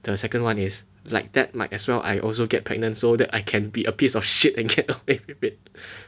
the second one is like that might as well I also get pregnant so that I can be a piece of shit and get away with it